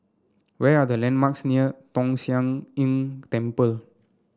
where are the landmarks near Tong Sian Temple